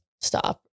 stop